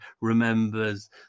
remembers